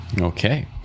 Okay